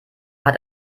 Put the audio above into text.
hat